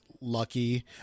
Lucky